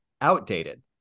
outdated